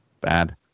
Bad